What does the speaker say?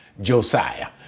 Josiah